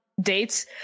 dates